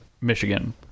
Michigan